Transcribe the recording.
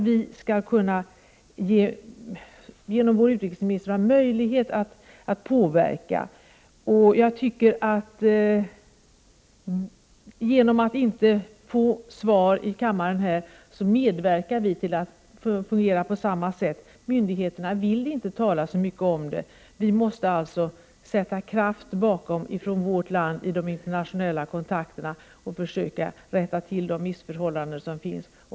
Vi skall genom vår utrikesminister ha möjlighet att påverka. Genom att inte lämna svar här i kammaren medverkar vi på samma sätt. Myndigheterna villinte tala så mycket om detta. Vi måste i vårt land sätta kraft bakom orden i de internationella kontakterna och försöka rätta till de missförhållanden som råder.